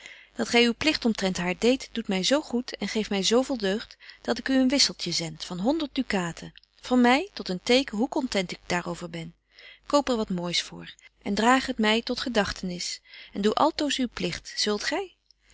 dat gy uw pligt omtrent haar deedt doet my z goed en geeft my z veel vreugd dat ik u een wisseltje zend van honderd ducaten van my tot een teken hoe content ik daar over ben koop er wat moois voor en draag het my tot gedagtenis en doe altoos uw pligt zult gy